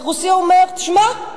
הרוסי אומר: שמע,